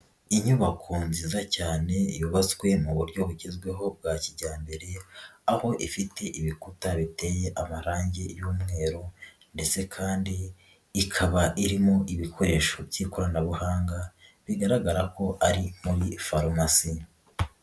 Inyubako nziza cyane yubatswe mu buryo bugezweho bwa kijyambere, aho ifite ibikuta biteye amarangi y'umweru ndetse kandi ikaba irimo ibikoresho by'ikoranabuhanga bigaragara ko ari muri farumasi.